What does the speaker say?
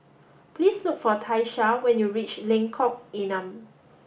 please look for Tiesha when you reach Lengkok Enam